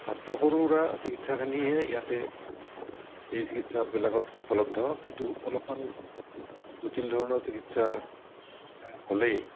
মাত্ৰ সৰু সুৰা চিকিৎসাখিনিহে ইয়াতে এই চিকিৎসাবিলাকত উপলব্ধ কিন্তু অলপমাণ জটিল ধৰণৰ চিকিৎসা হ'লেই